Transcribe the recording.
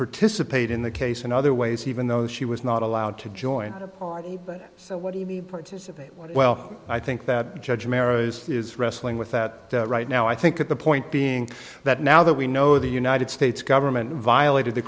participate in the case in other ways even though she was not allowed to join that so what do you participate well i think that judge marrows is wrestling with that right now i think at the point being that now that we know the united states government violated the